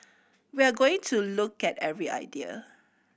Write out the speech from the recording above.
we are going to look at every idea